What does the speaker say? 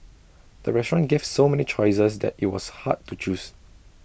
the restaurant gave so many choices that IT was hard to choose